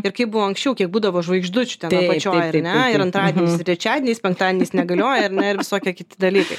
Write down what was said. ir kaip buvo anksčiau kiek būdavo žvaigždučių ten apačioj ar ne ir antradieniais trečiadieniais penktadieniais negalioja ar ne ir visokie kiti dalykai